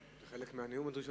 שלום.